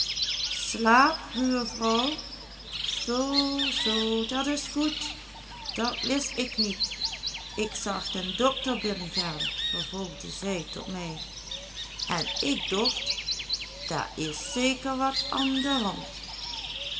slaapt buurvrouw zoo zoo dat is goed dat wist ik niet ik zag den dokter binnengaan vervolgde zij tot mij en ik docht daar is zeker wat an de hand